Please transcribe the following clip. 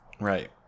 Right